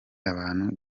abantu